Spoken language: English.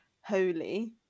holy